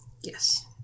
Yes